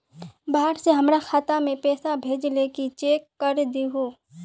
बाहर से हमरा खाता में पैसा भेजलके चेक कर दहु?